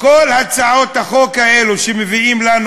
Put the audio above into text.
כל הצעות החוק שמביאים לנו,